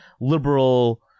liberal